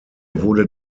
wurde